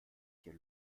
hier